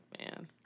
man